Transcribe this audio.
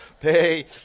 Pay